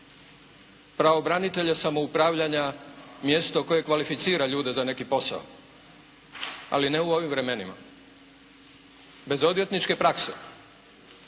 pravobranitelja samoupravljanja mjesto koje kvalificira ljude za neki posao, ali ne u ovim vremenima. Bez odvjetničke prakse,